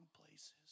places